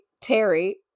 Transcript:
Terry